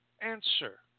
answer